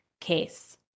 case